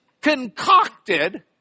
concocted